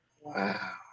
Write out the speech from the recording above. Wow